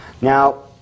Now